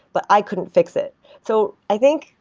but i couldn't fix it so i think,